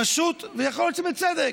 הרשות, ויכול להיות שבצדק,